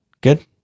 Good